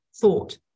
thought